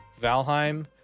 Valheim